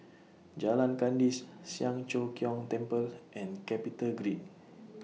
Jalan Kandis Siang Cho Keong Temple and Capitagreen